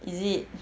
is it